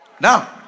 Now